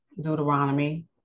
Deuteronomy